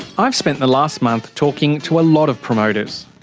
i've spent the last month talking to a lot of promoters.